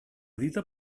dita